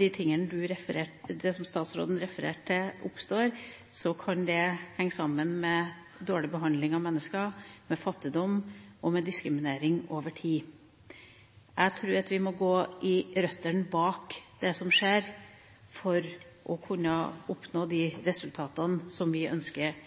de tingene som statsråden refererte til, oppstår, at det kan henge sammen med dårlig behandling av mennesker, med fattigdom og med diskriminering over tid. Jeg tror at vi må gå til røttene bak det som skjer, for å kunne oppnå de resultatene som vi ønsker,